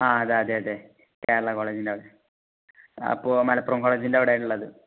ആ അതെ അതെ അതെ കേരള കോളേജിൻ്റെ അവിടെ അപ്പോൾ മലപ്പുറം കോളേജിൻ്റെ അവിടെ ആണ് ഉള്ളത്